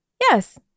yes